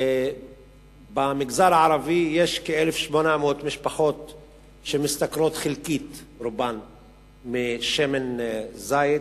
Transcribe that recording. במגזר הערבי יש כ-1,800 משפחות שרובן משתכרות חלקית משמן זית,